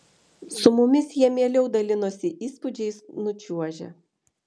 su mumis jie mieliau dalinosi įspūdžiais nučiuožę